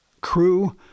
crew